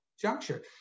juncture